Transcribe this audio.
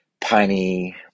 piney